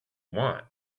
want